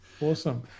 Awesome